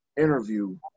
interview